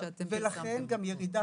ראיתי ששאלת קודם את יוכי.